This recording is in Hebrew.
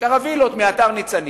מהאתר ניצנים,